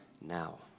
now